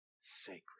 sacred